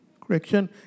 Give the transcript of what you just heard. correction